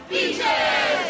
Beaches